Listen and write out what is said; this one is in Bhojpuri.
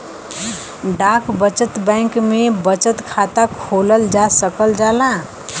डाक बचत बैंक में बचत खाता खोलल जा सकल जाला